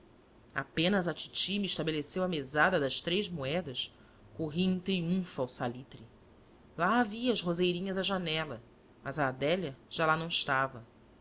a titi me estabeleceu a mesada das três moedas corri em triunfo ao salitre lá havia as roseirinhas à janela mas a adélia já lá não estava